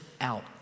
out